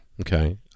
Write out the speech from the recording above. Okay